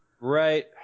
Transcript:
Right